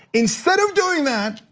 instead of doing that,